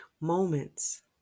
moments